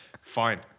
fine